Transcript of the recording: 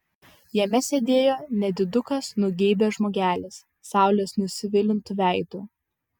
jame sėdėjo nedidukas nugeibęs žmogelis saulės nusvilintu veidu